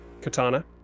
katana